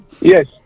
yes